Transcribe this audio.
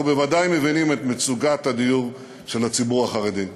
אנחנו בוודאי מבינים את מצוקת הדיור של הציבור החרדי.